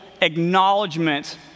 acknowledgement